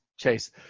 Chase